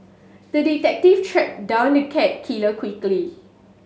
the detective tracked down the cat killer quickly